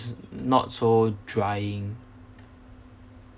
not so drying